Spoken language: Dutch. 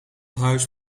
huis